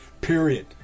Period